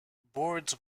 boards